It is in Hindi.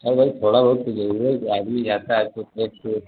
अरे भई थोड़ा बहुत तो ज़रूर आदमी जाता है तो